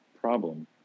problem